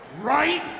right